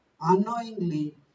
unknowingly